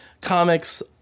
comics